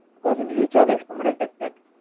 because in each of the experimental technique,